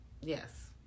Yes